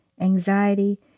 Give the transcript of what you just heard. anxiety